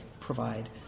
provide